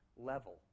level